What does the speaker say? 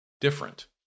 different